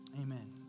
amen